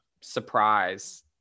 surprise